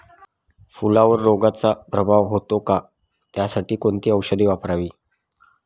फुलावर रोगचा प्रादुर्भाव होतो का? त्यासाठी कोणती औषधे वापरावी?